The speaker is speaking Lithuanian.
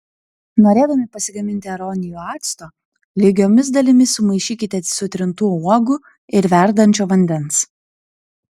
norėdami pasigaminti aronijų acto lygiomis dalimis sumaišykite sutrintų uogų ir verdančio vandens